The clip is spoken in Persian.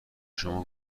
شما